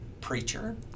preacher